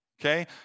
Okay